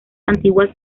antiguas